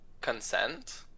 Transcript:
consent